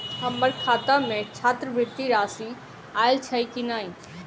हम्मर खाता मे छात्रवृति राशि आइल छैय की नै?